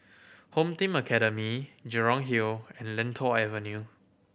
Home Team Academy Jurong Hill and Lentor Avenue